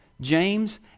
James